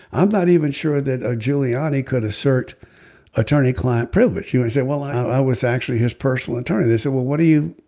i'm not even sure that ah giuliani could assert attorney client privilege. you might say well i was actually his personal attorney. they said well what are you.